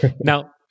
Now